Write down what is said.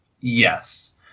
yes